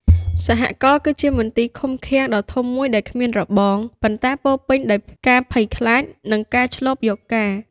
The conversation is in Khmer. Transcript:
សហករណ៍គឺជាមន្ទីរឃុំឃាំងដ៏ធំមួយដែលគ្មានរបង ប៉ុន្តែពោរពេញដោយការភ័យខ្លាច និងការឈ្លបយកការណ៍។